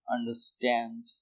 understand